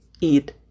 eat